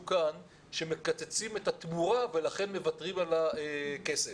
כאן שמקצצים את התמורה ולכן מוותרים על הכסף.